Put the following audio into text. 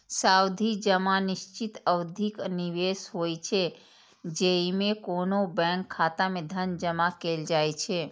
सावधि जमा निश्चित अवधिक निवेश होइ छै, जेइमे कोनो बैंक खाता मे धन जमा कैल जाइ छै